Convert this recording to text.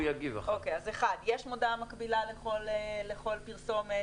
יש מודעה מקבילה לכל פרסומת?